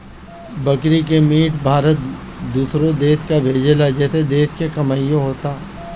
बकरा के मीट भारत दूसरो देश के भेजेला जेसे देश के कमाईओ होता